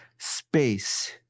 Space